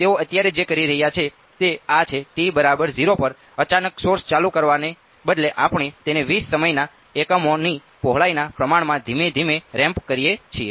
તેથી તેઓ અત્યારે જે કરી રહ્યા છે તે આ છે t0 પર અચાનક સોર્સ ચાલુ કરવાને બદલે આપણે તેને 20 સમયના એકમોની પહોળાઈના પ્રમાણમાં ધીમે ધીમે રેમ્પ કરીએ છીએ